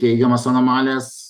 teigiamas anomalijas